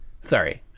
sorry